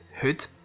hood